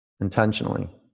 intentionally